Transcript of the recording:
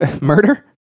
murder